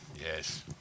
Yes